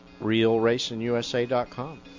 RealRacingUSA.com